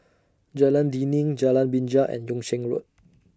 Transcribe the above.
Jalan Dinding Jalan Binja and Yung Sheng Road